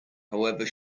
however